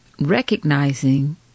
Recognizing